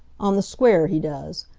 on the square he does.